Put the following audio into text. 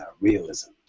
realism